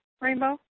Rainbow